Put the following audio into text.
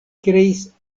kreis